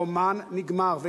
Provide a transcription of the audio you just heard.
הרומן נגמר.